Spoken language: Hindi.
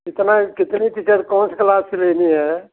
कितने कितनी टिकट कौन सी क्लास की लेनी है